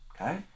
Okay